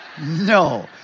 No